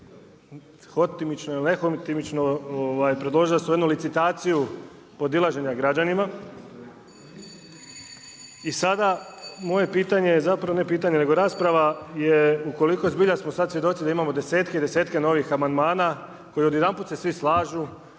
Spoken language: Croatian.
hotimično ili nehotimično predložila jednu svoju licitaciju podilaženja građanima i sada moje pitanje je zapravo, ne pitanje nego rasprava je ukoliko zbilja smo sad svjedoci da imamo desetke i desetke novih amandmana, koji odjedanput se svi slažu,